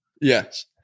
Yes